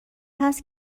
هست